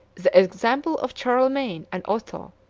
the example of charlemagne and otho,